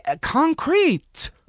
concrete